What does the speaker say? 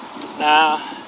now